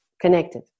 connected